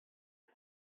sut